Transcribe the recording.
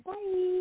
Bye